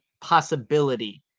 possibility